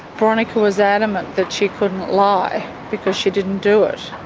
boronika was adamant that she couldn't lie because she didn't do it.